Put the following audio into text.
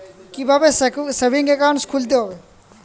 কীভাবে savings account খুলতে হবে?